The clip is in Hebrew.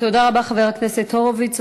תודה רבה, חבר הכנסת הורוביץ.